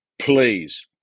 please